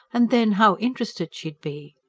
and then, how interested she would be!